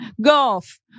golf